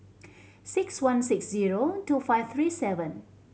six one six zero two five three seven